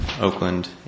Oakland